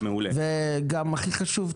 והכי חשוב,